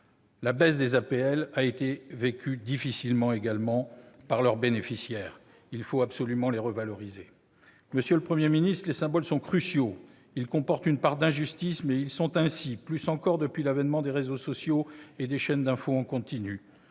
au logement a été vécue difficilement par leurs bénéficiaires. Il faut absolument les revaloriser. Monsieur le Premier ministre, les symboles sont cruciaux. Ils comportent une part d'injustice, mais ils sont ainsi, plus encore depuis l'avènement des réseaux sociaux et des chaînes d'information en continu.